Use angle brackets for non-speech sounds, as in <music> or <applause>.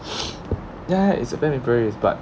<noise> ya it's emily in paris but